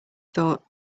thought